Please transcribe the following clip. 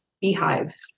beehives